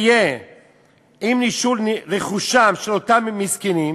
של אותם מסכנים,